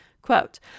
Quote